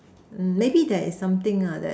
maybe there is something lah that